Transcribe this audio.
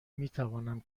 میتوانم